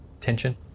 tension